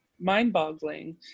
mind-boggling